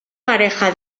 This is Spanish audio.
pareja